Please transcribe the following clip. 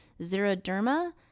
xeroderma